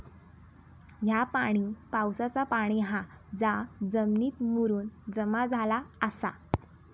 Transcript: ह्या पाणी पावसाचा पाणी हा जा जमिनीत मुरून जमा झाला आसा